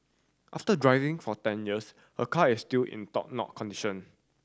after driving for ten years her car is still in top now condition